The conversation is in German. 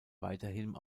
weiterhin